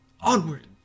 Onward